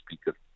speaker